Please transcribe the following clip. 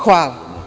Hvala.